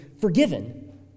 forgiven